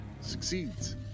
Succeeds